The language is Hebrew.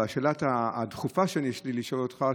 אבל השאלה הדחופה שיש לי לשאול אותך,